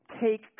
take